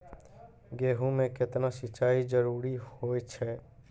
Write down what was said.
गेहूँ म केतना सिंचाई जरूरी होय छै?